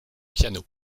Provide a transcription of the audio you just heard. piano